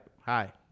hi